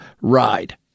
ride